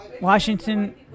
Washington